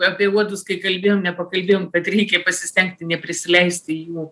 apie uodus kai kalbėjom nepakalbėjom kad reikia pasistengti neprisileisti jų